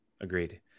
Agreed